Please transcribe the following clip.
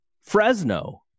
Fresno